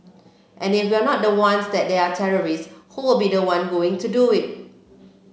and if we're not the ones and there are terrorists who will be the ones going to do it